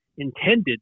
intended